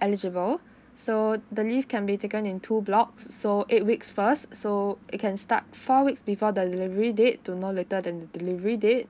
eligible so the leave can be taken in two blocks so eight weeks first so it can start four weeks before the delivery date to no later than the delivery date